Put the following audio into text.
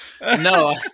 no